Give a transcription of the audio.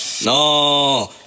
no